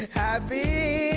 happy